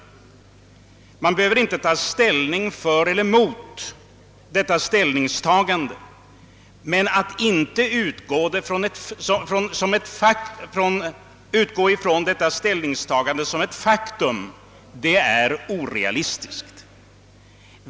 Vi behöver inte ta ställning för eller emot denna ståndpunkt, men att inte utgå från denna som ett faktum är orealistiskt.